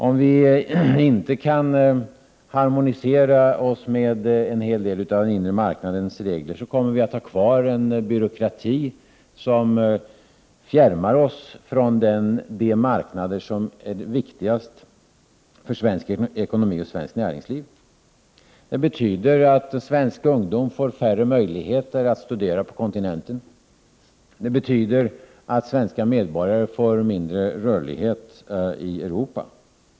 Om vi inte kan harmonisera oss med en hel del av den inre marknadens regler, kommer vi att ha kvar en byråkrati som fjärmar oss från de marknader som är de viktigaste för svensk ekonomi och svenskt näringsliv. Det betyder att svensk ungdom får färre möjligheter att studera på kontinenten. Det betyder att svenska medborgare får mindre rörlighet i Europa.